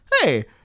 hey